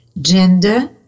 gender